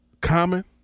Common